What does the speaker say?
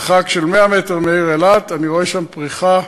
מרחק של 100 מטר מהעיר אילת, אני רואה שם פריחה,